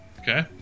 Okay